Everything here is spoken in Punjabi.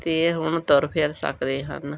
ਅਤੇ ਹੁਣ ਤੁਰ ਫਿਰ ਸਕਦੇ ਹਨ